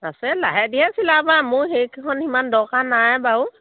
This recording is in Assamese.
পাছে লাহে ধীৰে চিলাবা মোৰ সেইকেইখন সিমান দৰকাৰ নাই বাৰু